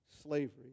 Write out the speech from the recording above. slavery